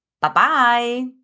Bye-bye